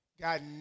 God